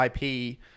IP